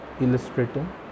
illustrating